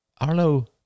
Arlo